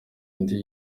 indi